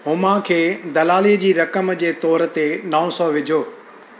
हुमा खे दलालीअ जी रक़म जे तोर ते नव सौ विझो